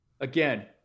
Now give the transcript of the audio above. again